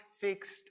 fixed